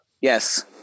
Yes